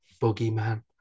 boogeyman